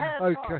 Okay